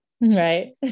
Right